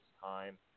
time